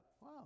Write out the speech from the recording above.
wow